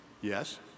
Yes